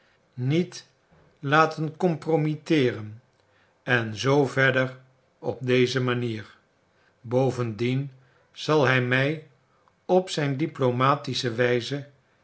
niet laten compromitteeren en zoo verder op deze manier bovendien zal hij mij op zijn diplomatische wijze